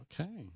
okay